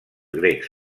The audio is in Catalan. grecs